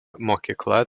mokykla